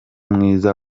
mwiza